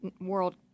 world